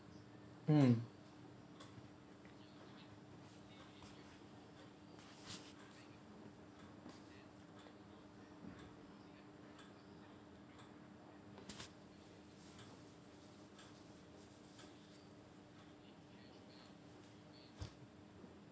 mm